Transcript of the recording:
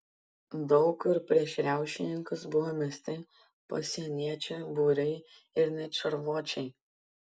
daug kur prieš riaušininkus buvo mesti pasieniečių būriai ir net šarvuočiai